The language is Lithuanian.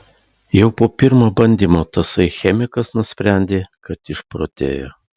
jau po pirmo bandymo tasai chemikas nusprendė kad išprotėjo